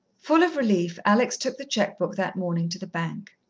full of relief, alex took the cheque-book that morning to the bank.